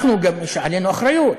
אנחנו, גם לנו יש אחריות,